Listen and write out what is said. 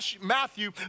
Matthew